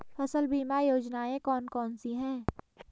फसल बीमा योजनाएँ कौन कौनसी हैं?